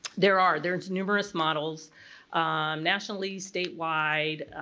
there are. there's numerous models nationally, statewide,